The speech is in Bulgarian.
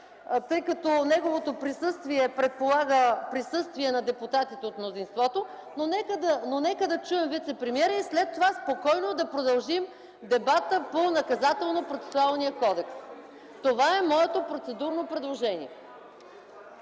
тъй като неговото присъствие предполага присъствие на депутатите от мнозинството, но нека да чуем вицепремиера и след това спокойно да продължим дебата по Наказателно-процесуалния кодекс. Това е моето процедурно предложение.